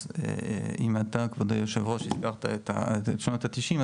אם אתה כבוד היושב-ראש הזכרת את שנות ה-90,